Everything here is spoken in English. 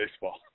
baseball